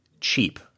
cheap